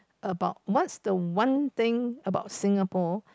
about what's the one thing about Singapore